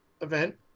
event